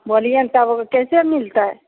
हँ बोलियै ने तब कैसे मिलतै